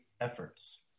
efforts